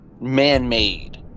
man-made